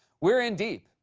we're in deep.